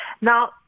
Now